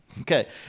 Okay